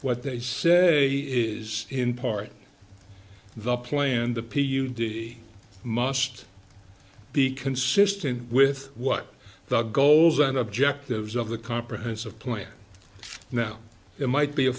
what they say is in part the plan the p u d must be consistent with what the goals and objectives of the comprehensive plan now it might be a